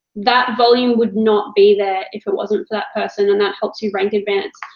that volume would not be there if it wasn't for that person, and that helps your rank advance,